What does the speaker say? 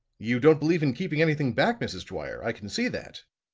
you don't believe in keeping anything back, mrs. dwyer, i can see that,